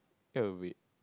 that was weak